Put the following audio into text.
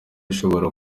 ushobora